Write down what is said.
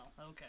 Okay